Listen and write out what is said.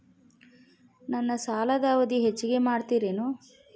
ನನ್ನ ಸಾಲದ ಅವಧಿ ಹೆಚ್ಚಿಗೆ ಮಾಡ್ತಿರೇನು?